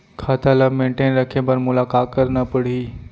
खाता ल मेनटेन रखे बर मोला का करना पड़ही?